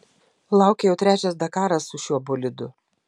laukia jau trečias dakaras su šiuo bolidu